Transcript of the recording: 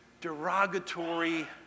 derogatory